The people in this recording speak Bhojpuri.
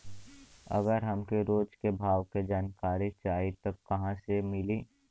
अगर हमके रोज के भाव के जानकारी चाही त कहवा से मिली?